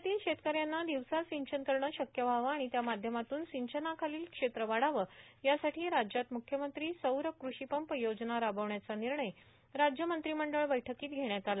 राज्यातील शेतकऱ्यांना दिदवसा सिंचन करणे शक्य व्हावं आर्गण त्या माध्यमातून र्षांसंचनाखालील क्षेत्र वाढावं यासाठी राज्यात मुख्यमंत्री सौर कृषीपंप योजना रार्बीवण्याचा र्णनणय मंत्रिमंडळ बैठर्कोत घेण्यात आला